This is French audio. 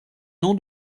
nom